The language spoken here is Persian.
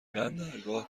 بندرگاه